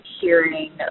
hearing